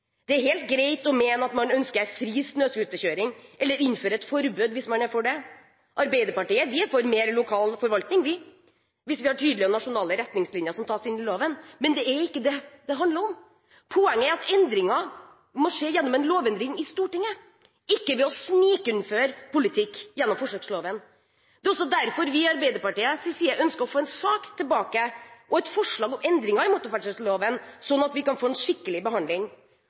Det er helt greit å ønske fri snøscooterkjøring eller et forbud hvis man er for det. I Arbeiderpartiet er vi for mer lokal forvaltning hvis vi har tydelige nasjonale retningslinjer som tas inn i loven. Men det er ikke dét dette handler om. Poenget er at endringen må skje gjennom en lovendring i Stortinget – ikke ved å snikinnføre politikk gjennom forsøksloven. Det er også derfor vi i Arbeiderpartiet ønsker å få en sak tilbake og et forslag om endringer i motorferdselsloven, sånn at vi kan få en skikkelig behandling